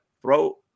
throw